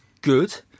good